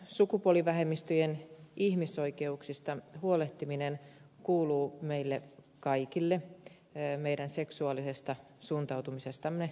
sukupuolivähemmistöjen ihmisoikeuksista huolehtiminen kuuluu meille kaikille meidän seksuaalisesta suuntautumisestamme riippumatta